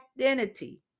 identity